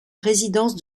résidence